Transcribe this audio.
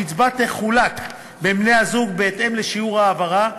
הקצבה תחולק בין בני-הזוג בהתאם לשיעור ההעברה.